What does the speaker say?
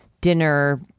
dinner